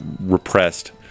repressed